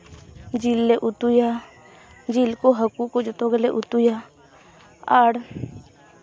ᱡᱤᱞ ᱞᱮ ᱩᱛᱩᱭᱟ ᱡᱤᱞ ᱠᱚ ᱦᱟᱹᱠᱩ ᱠᱚ ᱡᱚᱛᱚ ᱜᱮᱞᱮ ᱩᱛᱩᱭᱟ ᱟᱨ